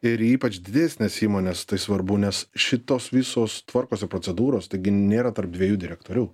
ir ypač didesnėse įmonėse tai svarbu nes šitos visos tvarkos ir procedūros taigi nėra tarp dviejų direktorių